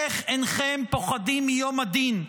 איך אינכם פוחדים מיום הדין,